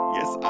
Yes